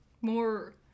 More